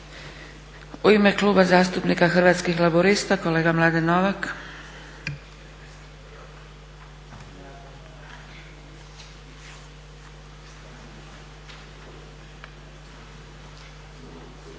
U ime Kluba zastupnika Hrvatskih laburista, kolega Mladen Novak.